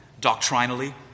doctrinally